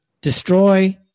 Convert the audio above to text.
destroy